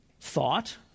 thought